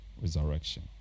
resurrection